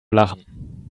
lachen